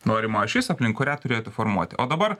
norima ašis aplink kurią turėtų formuoti o dabar